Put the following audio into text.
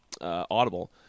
audible